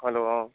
hello অঁ